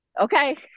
Okay